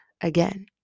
again